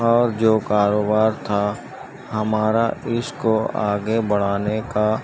اور جو کاروبار تھا ہمارا اس کو آگے بڑھانے کا